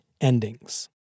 endings